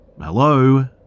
Hello